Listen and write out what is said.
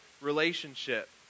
relationship